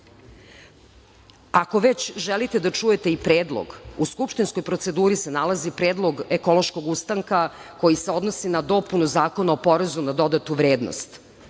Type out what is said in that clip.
već želite da čujete i predlog, u skupštinskoj proceduri se nalazi i predlog Ekološkog ustanka koji se odnosi na dopunu Zakona o porezu na dodatu vrednost.